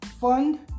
Fund